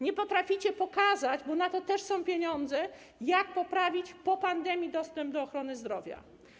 Nie potraficie pokazać - a na to też są pieniądze - jak poprawić po pandemii dostęp do ochrony zdrowia.